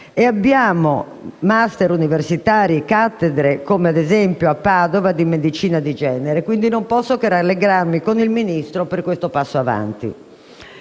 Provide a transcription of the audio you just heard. e abbiamo *master* universitari e cattedre - come, ad esempio, a Padova - di Medicina di genere. Non posso quindi che rallegrarmi con il Ministro per questo passo avanti.